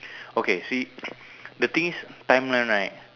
okay see the thing is timeline right